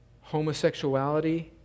homosexuality